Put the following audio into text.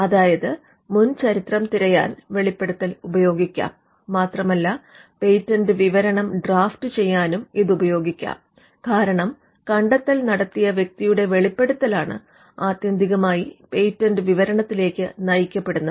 അതായത് മുൻ ചരിത്രം തിരയാൻ വെളിപ്പെടുത്തൽ ഉപയോഗിക്കാം മാത്രമല്ല പേറ്റൻറ് വിവരണം ഡ്രാഫ്റ്റുചെയ്യാനും ഇത് ഉപയോഗിക്കാം കാരണം കണ്ടെത്തൽ നടത്തിയ വ്യക്തിയുടെ വെളിപ്പെടുത്തലാണ് ആത്യന്തികമായി പേറ്റന്റ് വിവരണത്തിലേക്ക് നയിക്കപ്പെടുന്നത്